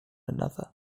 another